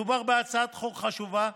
מדובר בהצעת חוק חשובה,